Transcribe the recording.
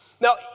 Now